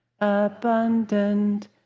abundant